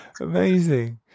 amazing